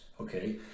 okay